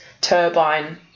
turbine